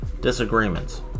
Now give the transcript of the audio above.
disagreements